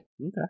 Okay